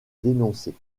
dénoncée